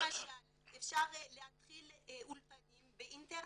למשל אפשר להתחיל אולפנים באינטרנט,